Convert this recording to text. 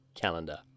calendar